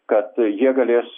kad jie galės